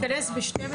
הישיבה ננעלה בשעה